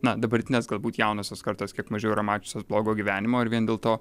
na dabartinės galbūt jaunosios kartos kiek mažiau yra mačiusios blogo gyvenimo ir vien dėl to